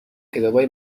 کتابای